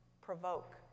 provoke